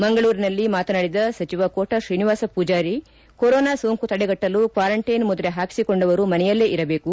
ಮಂಗಳೂರಿನಲ್ಲಿ ಮಾತನಾಡಿದ ಸಚಿವ ಕೋಟಾ ಶ್ರೀನಿವಾಸ ಪೂಜಾರಿ ಕೊರೋನಾ ಸೋಂಕು ತಡೆಗಟ್ಟಲು ಕ್ವಾರಂಟೈನ್ ಮುದ್ರೆ ಪಾಕಿಸಿಕೊಂಡವರು ಮನೆಯಲ್ಲೇ ಇರಬೇಕು